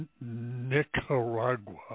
Nicaragua